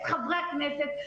את חברי הכנסת,